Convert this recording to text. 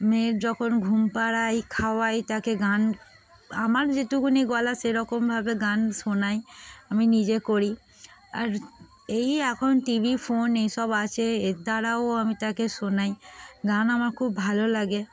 মেয়ের যখন ঘুম পাড়াই খাওয়াই তাকে গান আমার যেটুকুনি গলা সেরকমভাবে গান শোনাই আমি নিজে করি আর এই এখন টিভি ফোন এইসব আছে এর দ্বারাও আমি তাকে শোনাই গান আমার খুব ভালো লাগে